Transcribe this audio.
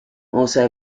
also